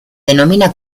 denomina